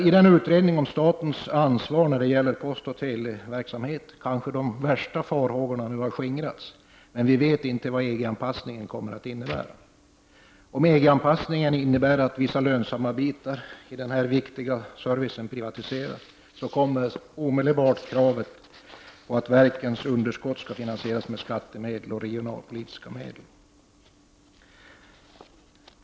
I utredningen om statens ansvar när det gäller postoch televerksamheten kommer kanske de värsta farhågorna att skingras, men vi vet inte vad EG anpassningen kommer att innebära. Om EG-anpassningen leder till att vissa lönsamma bitar i denna viktiga service privatiseras, kommer omedelbart kravet på att verkens underskott skall finansieras med regionalpolitiska medel och med skattemedel.